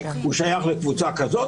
הוא שייך לקבוצה כזאת,